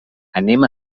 anem